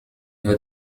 هذا